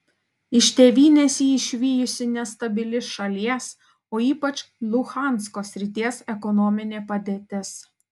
iš tėvynės jį išvijusi nestabili šalies o ypač luhansko srities ekonominė padėtis